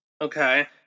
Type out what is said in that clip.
Okay